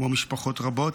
כמו משפחות רבות.